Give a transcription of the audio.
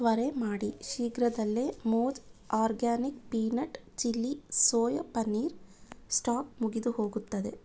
ತ್ವರೆ ಮಾಡಿ ಶೀಘ್ರದಲ್ಲೇ Moj organic peanut chilli soya paneer stock ಮುಗಿದುಹೋಗುತ್ತದೆ